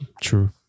True